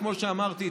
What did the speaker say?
כמו שאמרתי,